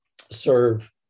serve